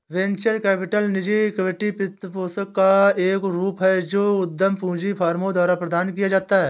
venture capital निजी equity वित्तपोषण का एक रूप है जो उद्यम पूंजी फर्मों द्वारा प्रदान किया जाता है